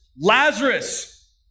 Lazarus